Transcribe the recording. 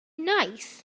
nice